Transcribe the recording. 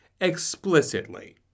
explicitly